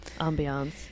ambiance